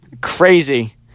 crazy